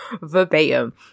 verbatim